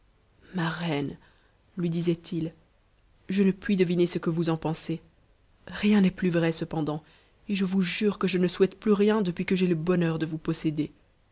ma reine lui disait-il je ne puis deviner ce que vous en pensez rien n'est plus vrai cependant et je vous jure que je ne souhaite plus rien depuis que j'ai le bonheur de vous posséder